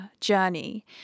journey